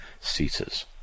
ceases